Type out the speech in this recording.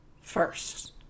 First